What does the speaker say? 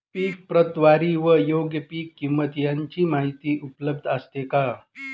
पीक प्रतवारी व योग्य पीक किंमत यांची माहिती उपलब्ध असते का?